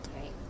Right